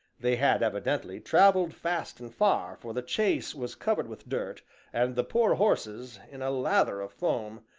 they had evidently travelled fast and far, for the chaise was covered with dirt and the poor horses, in a lather of foam,